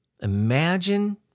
Imagine